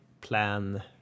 plan